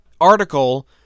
Article